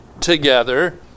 together